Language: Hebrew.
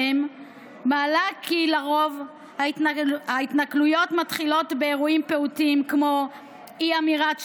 מעלה כי לרוב ההתנכלויות מתחילות באירועים פעוטים כגון אי-אמירת שלום,